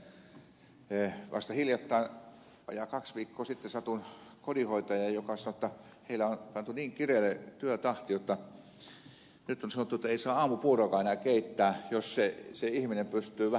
nimittäin vasta hiljattain vajaa kaksi viikkoa sitten satuin tapaamaan kodinhoitajan joka sanoi että heillä on pantu niin kireälle työtahti jotta nyt on sanottu ettei saa aamupuuroakaan enää keittää jos se ihminen pystyy vähän itse hämmentämään